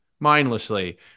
Mindlessly